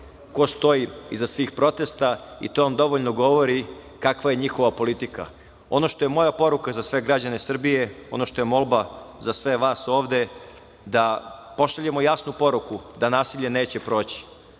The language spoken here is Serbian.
ko stoji iz svih protesta i tom vam govorno govori kakva je njihova politika. Ono što je moja poruka za sve građane Srbije, ono što je molba za sve vas ovde da pošaljemo jasnu poruku da nasilje neće proći.